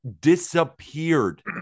disappeared